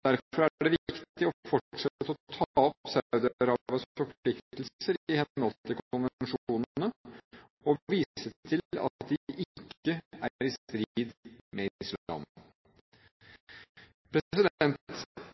Derfor er det viktig å fortsette å ta opp Saudi-Arabias forpliktelser i henhold til konvensjonene og vise til at de ikke er i strid med